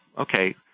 okay